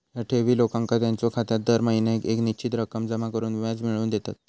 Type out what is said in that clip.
ह्या ठेवी लोकांका त्यांच्यो खात्यात दर महिन्याक येक निश्चित रक्कम जमा करून व्याज मिळवून देतत